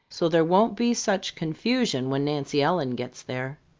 so there won't be such confusion when nancy ellen gets there.